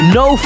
no